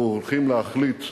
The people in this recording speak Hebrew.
אנחנו הולכים להחליט,